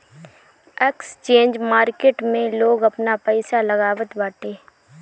exchange market में लोग आपन पईसा लगावत बाटे